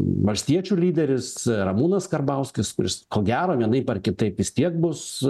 valstiečių lyderis ramūnas karbauskis kuris ko gero vienaip ar kitaip vis tiek bus